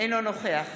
אינו נוכח